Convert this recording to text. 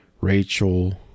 Rachel